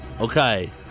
Okay